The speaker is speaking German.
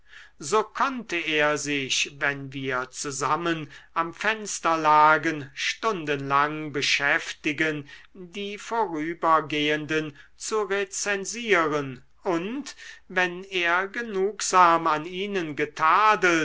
so konnte er sich wenn wir zusammen am fenster lagen stundenlang beschäftigen die vorübergehenden zu rezensieren und wenn er genugsam an ihnen